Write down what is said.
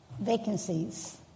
vacancies